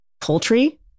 poultry